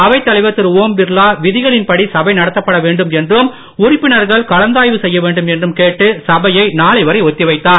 அவைத்தலைவர் திரு ஓம் பிர்லா விதிகளின்படி சபை நடத்தப்படவேண்டும் என்றும் உறுப்பினர்கள் கலந்தாய்வு செய்யவேண்டும் என்று கேட்டு சபையை நாளை வரை ஒத்தி வைத்தார்